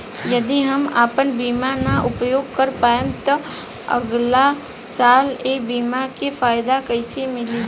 यदि हम आपन बीमा ना उपयोग कर पाएम त अगलासाल ए बीमा के फाइदा कइसे मिली?